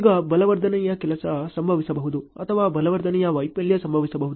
ಈಗ ಬಲವರ್ಧನೆಯ ಕೆಲಸ ಸಂಭವಿಸಬಹುದು ಅಥವಾ ಬಲವರ್ಧನೆಯ ವೈಫಲ್ಯ ಸಂಭವಿಸಬಹುದು